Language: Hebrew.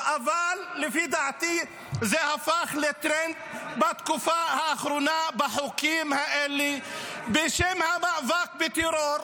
אבל לפי דעתי זה הפך לטרנד בתקופה האחרונה בחוקים האלה בשם המאבק בטרור.